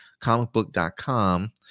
comicbook.com